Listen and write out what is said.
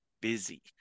busy